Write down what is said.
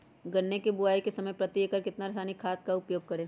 गन्ने की बुवाई के समय प्रति एकड़ कितना रासायनिक खाद का उपयोग करें?